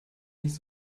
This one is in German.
nicht